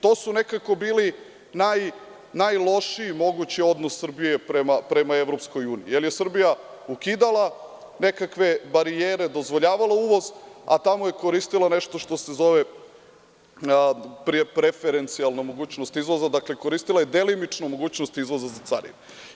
To su nekako bili najlošiji mogući odnosi Srbije prema EU, jer je Srbija ukidala nekakve barijere, dozvoljavala uvoz, a tamo je koristila nešto što se zove preferencijalna mogućnost izvoza, dakle, koristila je delimičnu mogućnost izvoza za carine.